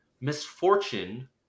Misfortune